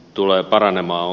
tulee paranemaan